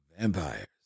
Vampires